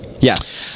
Yes